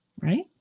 Right